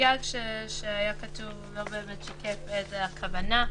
הסייג שהיה כתוב לא באמת שיקף את הכוונה.